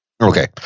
Okay